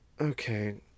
Okay